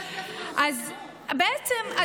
אז בעצם,